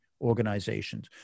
organizations